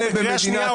קריאה שנייה.